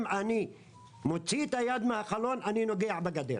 אם אני מוציא את היד מהחלון אני נוגע בגדר.